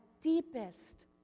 deepest